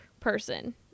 person